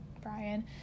Brian